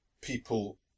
People